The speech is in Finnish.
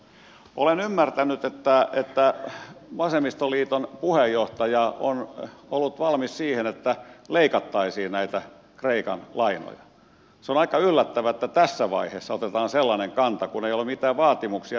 olen ymmärtänyt että vasemmistoliiton puheenjohtaja on ollut valmis siihen että leikattaisiin näitä kreikan lainoja se on aika yllättävää että tässä vaiheessa otetaan sellainen kanta kun ei ole mitään vaatimuksia edes esitetty